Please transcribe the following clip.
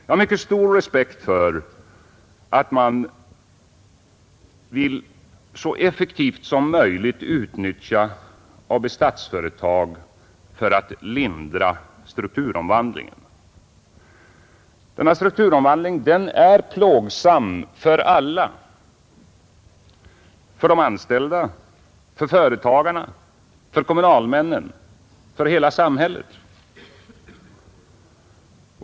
Jag har mycket stor respekt för att man vill så effektivt som möjligt utnyttja Statsföretag AB för att lindra strukturomvandlingen. Denna strukturomvandling är plågsam för alla — för de anställda, för företagarna, för kommunalmännen, för hela samhället.